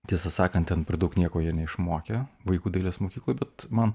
tiesą sakant ten per daug nieko jie neišmokė vaikų dailės mokykloj bet man